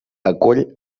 acull